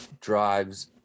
drives